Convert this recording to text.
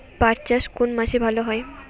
পাট চাষ কোন মাসে ভালো হয়?